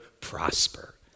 prosper